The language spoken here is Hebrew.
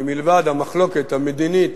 כי מלבד המחלוקת המדינית,